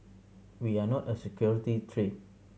we are not a security threat